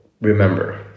remember